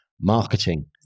marketing